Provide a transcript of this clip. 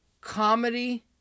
Comedy